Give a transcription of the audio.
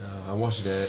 ya I watch that